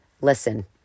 Listen